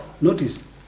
notice